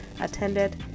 attended